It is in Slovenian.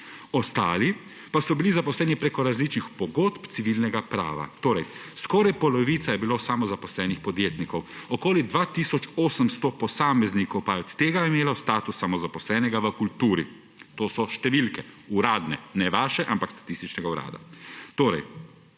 ostali pa so bili zaposleni preko različnih pogodb civilnega prava. Skoraj polovica je bilo torej samozaposlenih podjetnikov, okoli 2 tisoč 800 posameznikov pa je od tega imelo status samozaposlenega v kulturi. To so številke, uradne, ne vaše, ampak Statističnega urada.